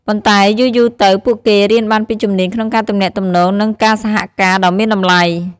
ប៉ុន្តែយូរៗទៅ ពួកគេរៀនបានពីជំនាញក្នុងការទំនាក់ទំនង និងការសហការដ៏មានតម្លៃ។